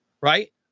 right